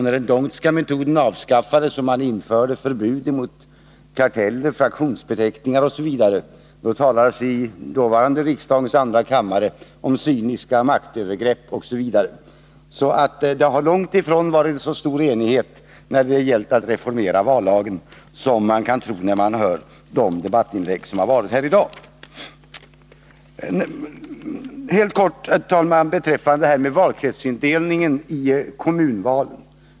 När den d'Hondtska metoden avskaffades och man införde förbud mot karteller, fraktionsbeteckningar osv. talades det i dåvarande riksdagens andra kammare om cyniska maktövergrepp osv. Det har alltså långt ifrån varit så stor enighet när det gällt att reformera vallagen som man skulle kunna tro när man lyssnar på debattinläggen i dag. Helt kort, herr talman, några ord om valkretsindelningen vid kommunfullmäktigeval.